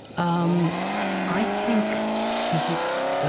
um i think physics,